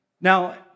Now